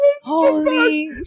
holy